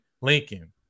Lincoln